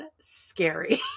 scary